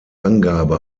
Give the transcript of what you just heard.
angabe